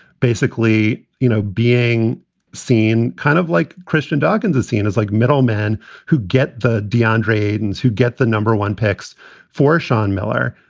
basically, you know, being seen kind of like christian dawkins is seen as like middlemen who get the de'andre aden's who get the number one picks for sean miller.